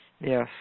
yes